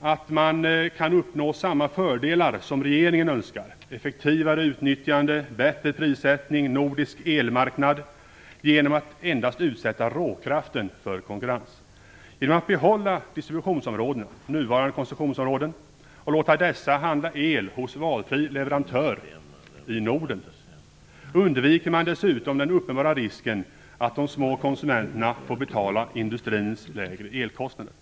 att man kan uppnå samma fördelar som regeringen önskar - effektivare utnyttjande, bättre prissättning, nordisk marknad - genom att endast utsätta råkraften för konkurrens. Genom att behålla distributionsområdena och nuvarande koncessionsområden och låta dessa handla el hos valfri leverantör i Norden undviker man dessutom den uppenbara risken att de små konsumenterna får betala industrins lägre elkostnader.